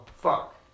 Fuck